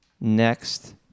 Next